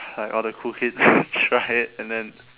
like all the cool kids try it and then